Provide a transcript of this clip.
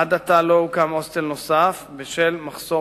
עד עתה לא הוקם הוסטל נוסף בשל מחסור